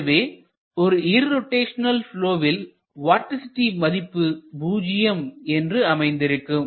எனவே ஒரு இர்ரோட்டைஷனல் ப்லொவில் வார்டிசிட்டி மதிப்பு பூஜ்யம் என்று அமைந்திருக்கும்